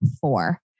four